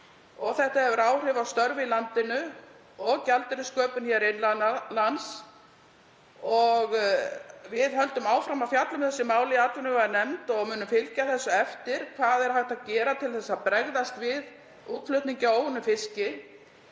Þetta hefur áhrif á störf í landinu og gjaldeyrissköpun hér innan lands. Við höldum áfram að fjalla um þessi mál í atvinnuveganefnd og munum fylgja því eftir hvað hægt er að gera til að bregðast við útflutningi á óunnum fiski.